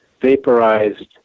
vaporized